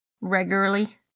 Regularly